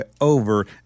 over